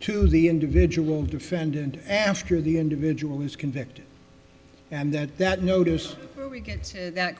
to the individual defendant after the individual is convicted and that that notice